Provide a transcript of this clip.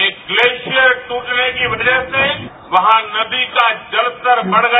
एक ग्लेशियर ट्रटने की वजह से वहां नदी का जलस्तर बढ़ गया